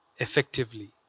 Effectively